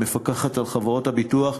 המפקחת על חברות הביטוח,